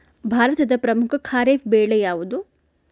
ಭಾರತದ ಪ್ರಮುಖ ಖಾರೇಫ್ ಬೆಳೆ ಯಾವುದು?